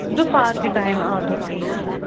دُپہار کہِ ٹایِمہٕ دُپہارکہِ ٹایمہٕ